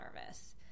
nervous